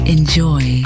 Enjoy